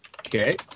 Okay